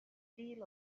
steel